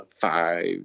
five